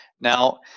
Now